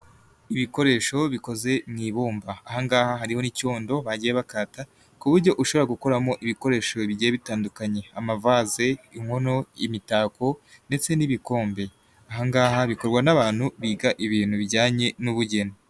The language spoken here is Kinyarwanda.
Ibikoresho bikoze mu ibumba. Aha ngaha hariho n'icyondo bagiye bakata. Ku buryo ushobora gukuramo ibikoresho bigiye bitandukanye: amavase, inkono y'imitako ndetse n'ibikombe. Aha ngaha bikorwa n'abantu biga ibintu bijyanye n'ubugeni.